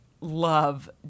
love